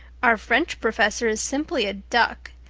our french professor is simply a duck.